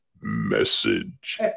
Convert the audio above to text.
message